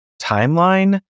timeline